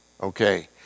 Okay